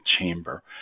chamber